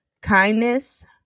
Kindness